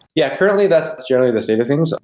yeah. currently, that's generally the state of things.